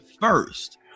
first